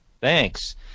Thanks